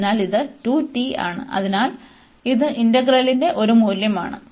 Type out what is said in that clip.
അതിനാൽ ഇത് ആണ് അതിനാൽ ഇത് ഇന്റഗ്രലിന്റെ ഒരു മൂല്യമാണ്